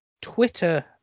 twitter